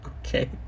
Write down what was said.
Okay